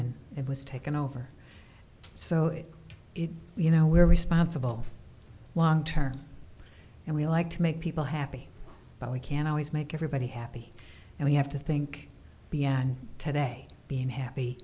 and it was taken over so you know we're responsible long term and we like to make people happy but we can't always make everybody happy and we have to think beyond today being happy